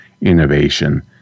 innovation